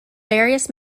various